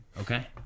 Okay